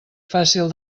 fàcil